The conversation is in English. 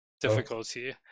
difficulty